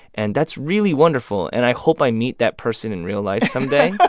and that's really wonderful, and i hope i meet that person in real life someday.